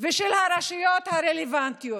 ושל הרשויות הרלוונטיות: